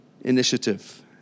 initiative